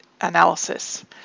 analysis